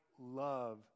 love